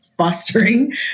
fostering